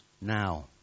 now